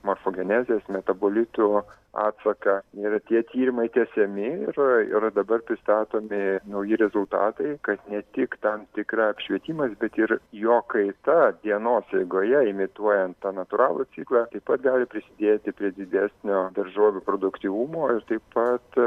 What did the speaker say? morfogenezės metabolitų atsaką ir tie tyrimai tęsiami ir ir dabar pristatomi nauji rezultatai kad ne tik tam tikra apšvietimas bet ir jo kaita dienos eigoje imituojant tą natūralų ciklą taip pat gali prisidėti prie didesnio daržovių produktyvumo ir taip pat